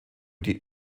die